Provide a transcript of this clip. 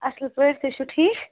اَصٕل پٲٹھۍ تُہۍ چھُ ٹھیٖک